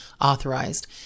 authorized